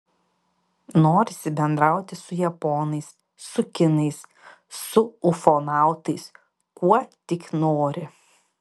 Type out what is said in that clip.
norisi bendrauti su japonais su kinais su ufonautais kuo tik nori